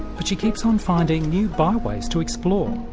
but she keeps on finding new byways to explore.